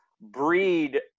breed